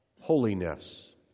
holiness